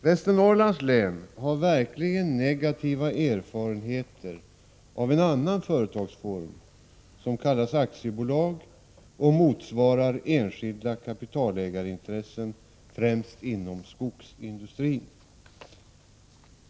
Västernorrlands län har verkligen negativa erfarenheter av en annan företagsform som kallas aktiebolag och motsvarar enskilda kapitalägarintressen främst inom skogsindustrin.